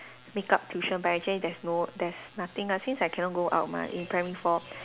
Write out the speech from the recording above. make up tuition but actually there's no there's nothing ah since I cannot go out mah in primary four